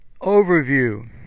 Overview